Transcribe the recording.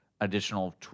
additional